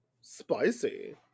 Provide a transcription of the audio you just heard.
spicy